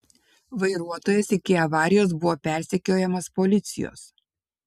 vairuotojas iki avarijos buvo persekiojamas policijos